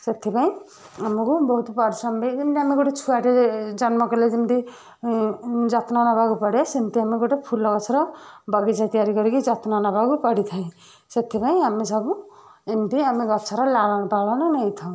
ସେଥିପାଇଁ ଆମକୁ ବହୁତ ପରିଶ୍ରମ ବି ଯେମିତି ଆମେ ଗୋଟେ ଛୁଆଟେ ଜନ୍ମ କଲେ ଯେମିତି ଯତ୍ନ ନବାକୁ ପଡ଼େ ସେମିତି ଆମେ ଗୋଟେ ଫୁଲଗଛର ବଗିଚା ତିଆରି କରିକି ଯତ୍ନ ନବାକୁ ପଡ଼ିଥାଏ ସେଥିପାଇଁ ଆମେ ସବୁ ଏମିତି ଆମେ ଗଛର ଲାଳନ ପାଳନ ନେଇଥାଉ